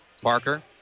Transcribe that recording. Parker